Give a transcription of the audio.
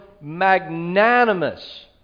magnanimous